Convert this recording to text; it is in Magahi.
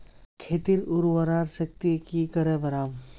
खेतीर उर्वरा शक्ति की करे बढ़ाम?